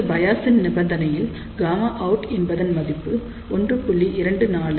இந்த பயாஸ் ன் நிபந்தனையில் Γout என்பதன் மதிப்பு 1